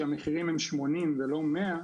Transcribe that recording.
שהמחירים הם 80 ולא 100,